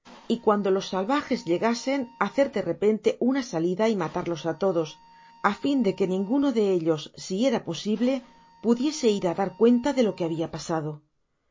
y cuando los salvajes llegasen hacer de repente una salida y matarlos á todos á fin de que ninguno de ellos si era posible pudiese ir á dar cuenta de lo que habia pasado